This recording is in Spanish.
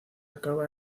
acaba